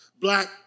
Black